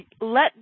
let